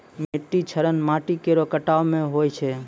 मिट्टी क्षरण माटी केरो कटाव सें होय छै